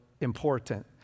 important